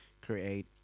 create